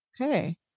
Okay